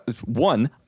one